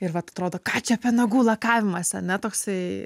ir vat atrodo ką čia apie nagų lakavimąsi ane toksai